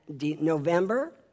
November